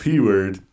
p-word